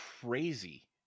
crazy